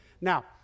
Now